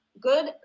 good